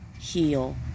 heal